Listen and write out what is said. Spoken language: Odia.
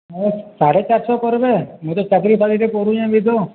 ହଁ ସାଡ଼େ ଚାର୍ଶ କର୍ବେ ମୁଇଁ ତ ଚାକିରୀ ବାକିରୀଟେ କରୁଚେଁ ଏବେ ତ